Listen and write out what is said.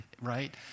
right